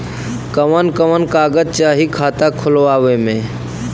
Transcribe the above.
कवन कवन कागज चाही खाता खोलवावे मै?